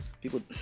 People